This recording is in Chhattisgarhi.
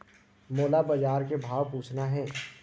मोला बजार के भाव पूछना हे?